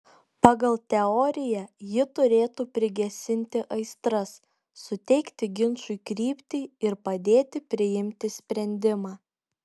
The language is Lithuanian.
pagal teoriją ji turėtų prigesinti aistras suteikti ginčui kryptį ir padėti priimti sprendimą